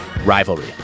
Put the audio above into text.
rivalry